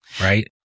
right